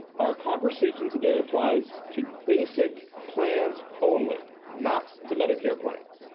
our conversation today applies to basic plans only, not to medicare plans.